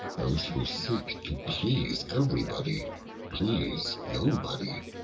those who seek to please everybody please nobody.